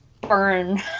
burn